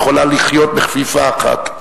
והיא יכולה לחיות בכפיפה אחת.